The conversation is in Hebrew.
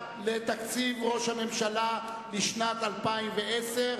קבוצת מרצ, הסתייגות נוספת.